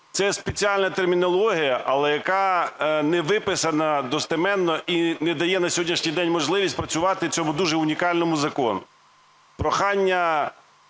Це спеціальна термінологія, але яка не виписана достеменно і не дає на сьогоднішній день можливості працювати цьому дуже унікальному закону.